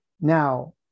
Now